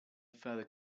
further